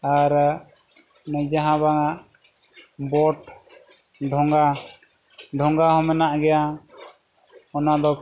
ᱟᱨ ᱡᱟᱦᱟᱸ ᱵᱟᱝᱟ ᱵᱳᱴ ᱰᱷᱚᱸᱜᱟ ᱰᱷᱚᱸᱜᱟ ᱦᱚᱸ ᱢᱮᱱᱟᱜ ᱜᱮᱭᱟ ᱚᱱᱟ ᱫᱚ